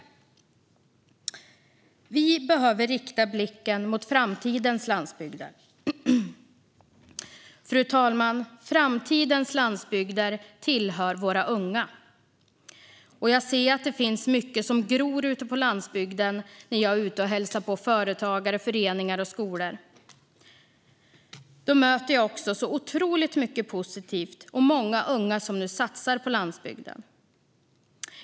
Fru talman! Vi behöver rikta blicken mot framtidens landsbygder. De tillhör våra unga. Jag ser att det finns mycket som gror ute på landsbygden när jag är ute och hälsar på företagare, föreningar och skolor. Då möter jag också otroligt mycket positivt och många unga som nu satsar på landsbygden.